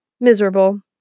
Miserable